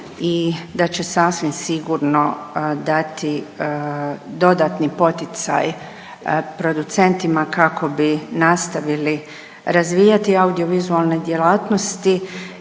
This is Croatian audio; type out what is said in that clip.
i da će sasvim sigurno dati dodatni poticaj producentima kako bi nastavili razvijati audio-vizualne djelatnosti